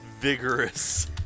Vigorous